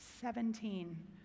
Seventeen